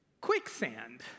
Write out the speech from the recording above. Quicksand